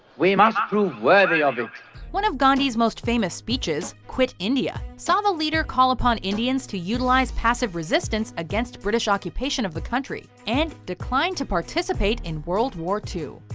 we must prove worthy of it one of gandhi's most famous speeches, quit india saw the leader call upon indians to utilize passive resistance against britsh occupation of the country and decline to participate in world war ii.